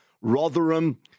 Rotherham